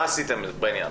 מה עשיתם בעניין?